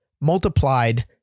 multiplied